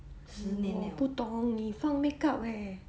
我不懂你放 makeup 哦